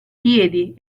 piedi